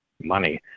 money